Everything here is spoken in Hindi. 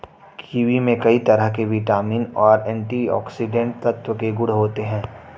किवी में कई तरह के विटामिन और एंटीऑक्सीडेंट तत्व के गुण होते है